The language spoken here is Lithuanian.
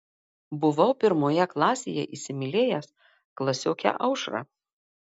buvau pirmoje klasėje įsimylėjęs klasiokę aušrą